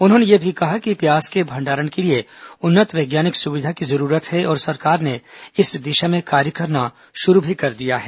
उन्होंने यह भी कहा कि प्याज के भंडारण के लिए उन्नत वैज्ञानिक सुविधा की जरूरत है और सरकार ने इस दिशा में कार्य करना शुरू भी कर दिया है